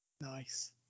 Nice